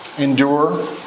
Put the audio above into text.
endure